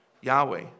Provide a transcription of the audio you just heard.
Yahweh